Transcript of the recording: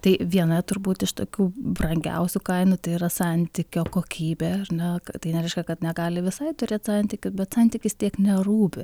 tai viena turbūt iš tokių brangiausių kainų tai yra santykio kokybė ar na kad tai nereiškia kad negali visai turėt santykių bet santykis tiek nerūpi